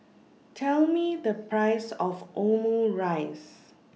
Tell Me The Price of Omurice